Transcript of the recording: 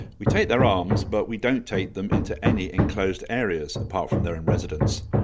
we take their arms but we don't take them into any enclosed areas, apart from their own residence.